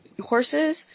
horses